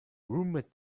roommate